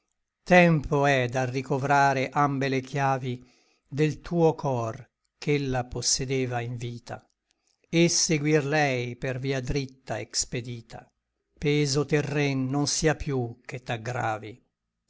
tempo è da ricovrare ambo le chiavi del tuo cor ch'ella possedeva in vita et seguir lei per via dritta expedita peso terren non sia piú che t'aggravi